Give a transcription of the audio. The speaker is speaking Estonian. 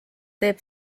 teeb